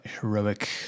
heroic